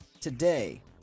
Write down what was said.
today